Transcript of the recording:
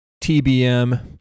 TBM